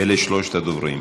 אלה שלושת הדוברים.